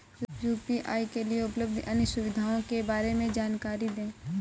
UPI के लिए उपलब्ध अन्य सुविधाओं के बारे में जानकारी दें?